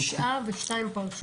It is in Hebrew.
כן, ראיתי, היו תשעה ושניים פרשו.